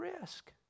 risk